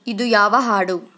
ಇದು ಯಾವ ಹಾಡು